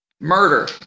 murder